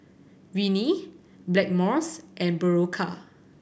Rene Blackmores and Berocca